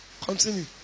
Continue